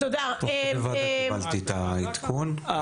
הבנתי את העדכון.